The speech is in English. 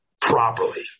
properly